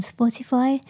Spotify